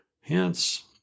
Hence